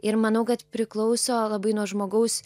ir manau kad priklauso labai nuo žmogaus